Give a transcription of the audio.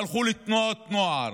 והלכו לתנועות נוער,